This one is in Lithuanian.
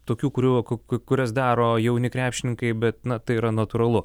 tokių kurių kokių kurias daro jauni krepšininkai bet na tai yra natūralu